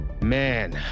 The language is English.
man